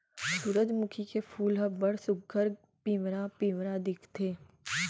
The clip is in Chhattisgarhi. सुरूजमुखी के फूल ह बड़ सुग्घर पिंवरा पिंवरा दिखथे